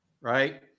Right